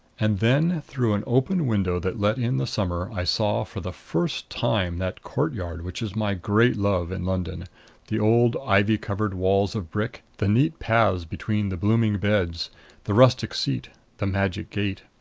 and then, through an open window that let in the summer, i saw for the first time that courtyard which is my great love in london the old ivy-covered walls of brick the neat paths between the blooming beds the rustic seat the magic gate.